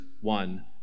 one